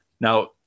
Now